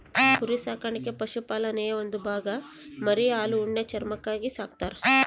ಕುರಿ ಸಾಕಾಣಿಕೆ ಪಶುಪಾಲನೆಯ ಒಂದು ಭಾಗ ಮರಿ ಹಾಲು ಉಣ್ಣೆ ಚರ್ಮಕ್ಕಾಗಿ ಸಾಕ್ತರ